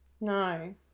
No